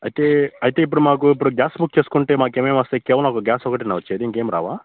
అయితే అయితే ఇప్పుడు మాకు ఇప్పుడు గ్యాస్ బుక్ చేసుకుంటే మాకు ఇంకేమేమి వస్తాయి కేవలం గ్యాస్ ఒక్కటేనా మాకు వచ్చేది ఇంకేం రావా